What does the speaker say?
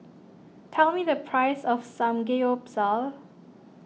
tell me the price of Samgeyopsal